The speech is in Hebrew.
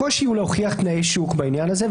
הקושי להוכיח תנאי שוק בעניין הזה,